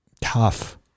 Tough